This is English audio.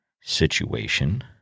situation –